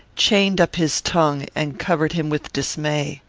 chained up his tongue, and covered him with dismay.